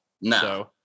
no